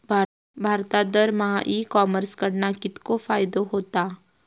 भारतात दरमहा e commerce कडणा कितको फायदो होता?